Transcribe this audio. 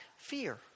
Fear